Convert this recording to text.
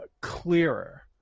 clearer